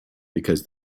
because